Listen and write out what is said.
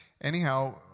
anyhow